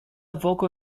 vocal